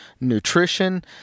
nutrition